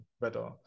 better